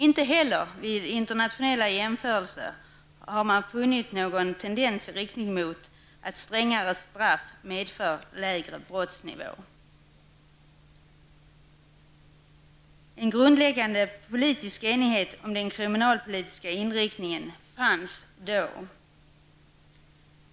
Inte heller vid internationella jämförelser har man funnit någon tendens i riktning mot att strängare straff medför lägre brottsnivå. En grundläggande politisk enighet om den kriminalpolitiska inriktningen fanns då.